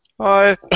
Hi